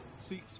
See